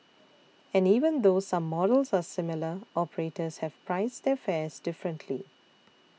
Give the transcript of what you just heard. and even though some models are similar operators have priced their fares differently